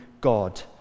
God